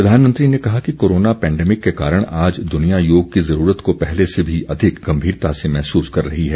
प्रधानमंत्री ने कहा कि कोरोना पैंडेमिक के कारण आज दुनिया योग की जरूरत को पहले से भी अधिक गंभीरता से महसूस कर रही है